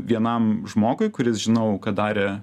vienam žmogui kuris žinau kad darė